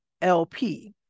LP